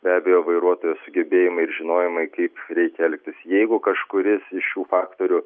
be abejo vairuotojo sugebėjimai ir žinojimai kaip reikia elgtis jeigu kažkuris iš šių faktorių